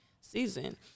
season